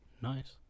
Nice